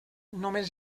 només